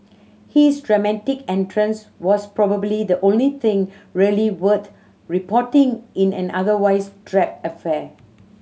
his dramatic entrance was probably the only thing really worth reporting in an otherwise drab affair